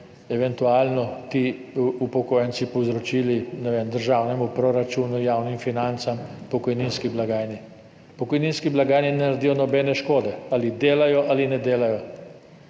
eventualno ti upokojenci povzročili, ne vem, državnemu proračunu, javnim financam, pokojninski blagajni. V pokojninski blagajni ne naredijo nobene škode, ali delajo ali ne delajo.